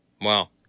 Wow